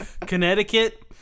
Connecticut